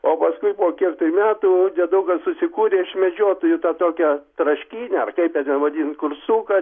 o paskui po kiek metų dėdukas susikūrė iš medžiotojų tą tokią traškynę ar kaip ją ten vadint kur suka